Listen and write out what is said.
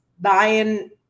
buying